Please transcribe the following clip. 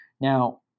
Now